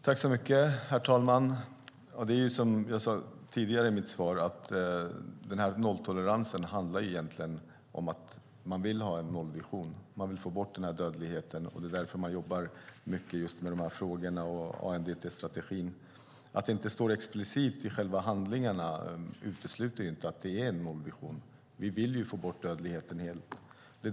Herr talman! Som jag sade tidigare handlar nolltoleransen egentligen om att ha en nollvision. Man vill få bort den narkotikarelaterade dödligheten, och därför jobbar man mycket med dessa frågor och med ANDT-strategin. Att det inte står explicit i handlingarna utesluter inte att det är en nollvision. Vi vill få bort den dödligheten helt.